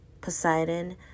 Poseidon